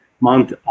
month